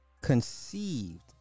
conceived